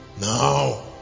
now